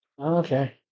Okay